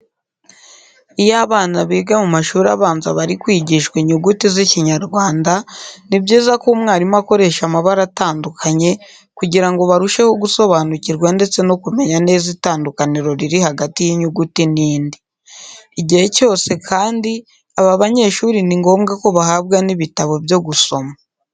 Iyo abana biga mu mashuri abanza bari kwigishwa inyuguti z'Ikinyarwanda, ni byiza ko umwarimu akoresha amabara atandukanye kugira ngo barusheho gusobanukirwa ndetse no kumenya neza itandukaniro riri hagati y'inyuguti n'indi. Igihe cyose kandi aba banyeshuri ni ngombwa ko bahabwa n'ibitabo byo gusoma.